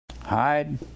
Hide